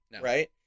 Right